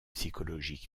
psychologie